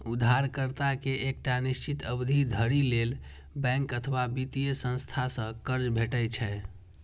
उधारकर्ता कें एकटा निश्चित अवधि धरि लेल बैंक अथवा वित्तीय संस्था सं कर्ज भेटै छै